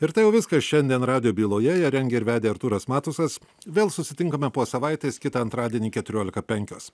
ir tai jau viskas šiandien radijo byloje ją rengė ir vedė artūras matusas vėl susitinkame po savaitės kitą antradienį keturiolika penkios